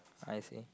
I_S_A